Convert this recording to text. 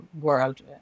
world